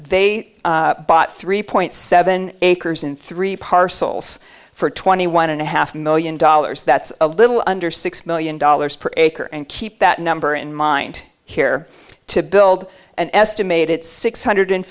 they bought three point seven acres in three parcels for twenty one and a half million dollars that's a little under six million dollars per acre and keep that number in mind here to build an estimated six hundred